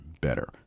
better